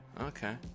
Okay